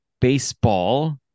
Baseball